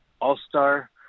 All-Star